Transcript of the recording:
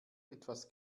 etwas